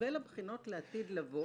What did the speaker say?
-- ולבחינות לעתיד לבוא.